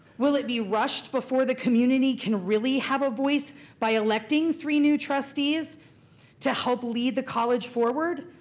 will it be rushed before the community can really have a voice by electing three new trustees to help lead the college forward?